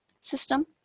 system